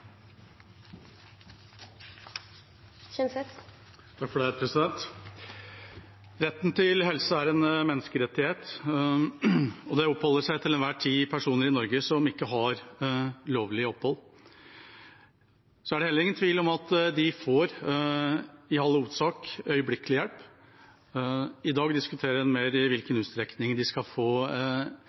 en menneskerettighet. Det oppholder seg til enhver tid personer i Norge som ikke har lovlig opphold, og det er heller ingen tvil om at de i all hovedsak får øyeblikkelig hjelp. I dag diskuterer vi mer i hvilken utstrekning de skal få